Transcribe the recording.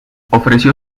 ofreció